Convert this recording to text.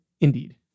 Indeed